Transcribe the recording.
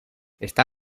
está